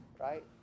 right